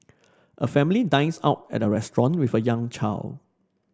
a family dines out at a restaurant with a young child